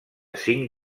cinc